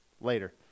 later